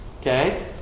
Okay